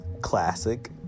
classic